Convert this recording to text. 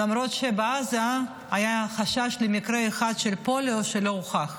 למרות שבעזה היה חשש למקרה אחד של פוליו שלא הוכח,